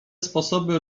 sposoby